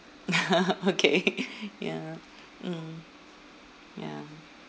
okay ya mm ya